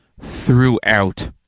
throughout